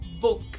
book